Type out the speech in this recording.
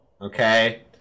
okay